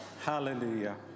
Hallelujah